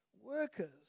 workers